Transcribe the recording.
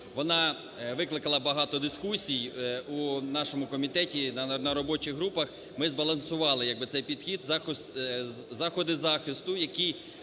вона викликала багато дискусій у нашому комітеті на робочих групах. Ми збалансували як би цей підхід, заходи захисту, які